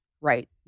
right